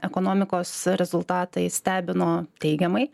ekonomikos rezultatai stebino teigiamai